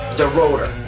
the rotor.